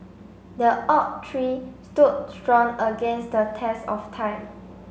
the oak tree stood strong against the test of time